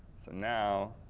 so now,